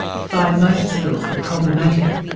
fine motor skills were problematic.